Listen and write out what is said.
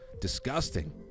Disgusting